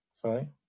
Sorry